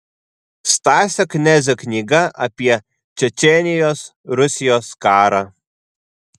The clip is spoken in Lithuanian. stasio knezio knyga apie čečėnijos rusijos karą